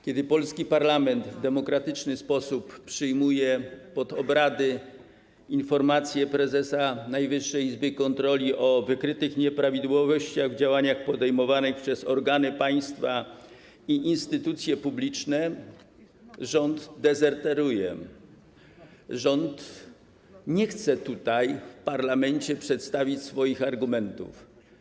Kiedy polski parlament w demokratyczny sposób przyjmuje pod obrady informację prezesa Najwyższej Izby Kontroli o wykrytych nieprawidłowościach w działaniach podejmowanych przez organy państwa i instytucje publiczne, rząd dezerteruje, rząd nie chce tutaj, w parlamencie przedstawić swoich argumentów.